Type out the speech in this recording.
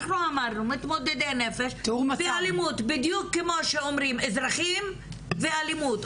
אנחנו אמרנו מתמודדי נפש זו אלימות בדיוק כמו שאומרים אזרחים ואלימות.